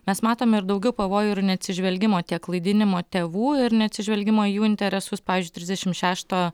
mes matome ir daugiau pavojų ir neatsižvelgimo tiek klaidinimo tėvų ir neatsižvelgimo į jų interesus pavyzdžiui trisdešimt šeštą